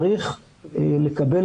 וצריך לקבל,